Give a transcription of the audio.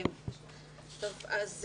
אז,